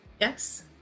Yes